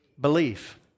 Belief